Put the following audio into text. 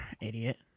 idiot